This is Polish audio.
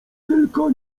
tylko